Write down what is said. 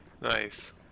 Nice